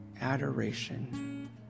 adoration